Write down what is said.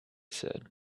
said